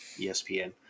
ESPN